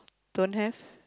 don't have